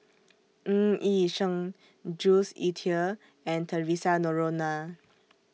Ng Yi Sheng Jules Itier and Theresa Noronha